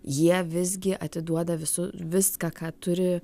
jie visgi atiduoda visu viską ką turi